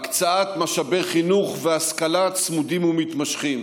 הקצאת משאבי חינוך והשכלה צמודים ומתמשכים,